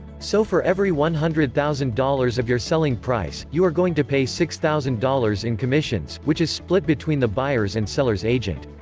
so for every one hundred thousand dollars of your selling price, you are going to pay six thousand dollars in commissions, which is split between the buyer's and seller's agent.